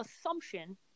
assumption